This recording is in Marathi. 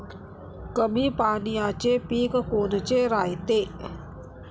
कमी पाण्याचे पीक कोनचे रायते?